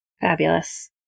Fabulous